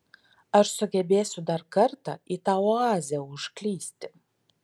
ar sugebėsiu dar kartą į tą oazę užklysti